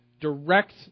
direct